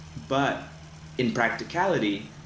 but in practicality,